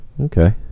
okay